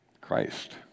christ